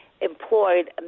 employed